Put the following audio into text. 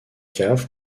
caves